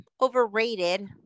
overrated